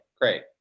Great